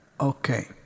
Okay